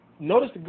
Notice